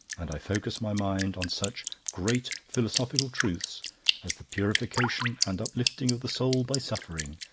and i focus my mind on such great philosophical truths as the purification and uplifting of the soul by suffering,